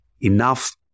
enough